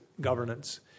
governance